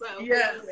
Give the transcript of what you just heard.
yes